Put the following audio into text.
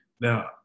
now